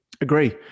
Agree